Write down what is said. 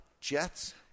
jets